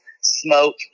smoke